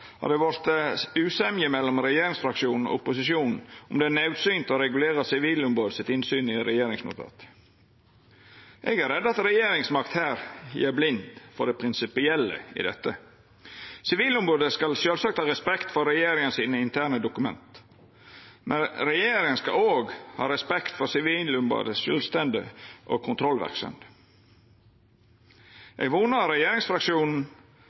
har det vore usemje mellom regjeringsfraksjonen og opposisjonen om det er naudsynt å regulera Sivilombodets innsyn i regjeringsnotat. Eg er redd for at regjeringsmakt her gjer blind for det prinsipielle i dette. Sivilombodet skal sjølvsagt ha respekt for regjeringa sine interne dokument, men regjeringa skal òg ha respekt for Sivilombodets sjølvstende og kontrollverksemd. Eg vonar regjeringsfraksjonen